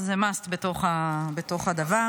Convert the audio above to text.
זה must,